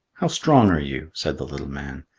how strong are you? said the little man.